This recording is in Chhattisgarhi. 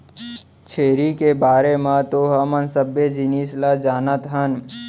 छेरी के बारे म तो हमन सबे जिनिस ल जानत हन